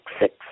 six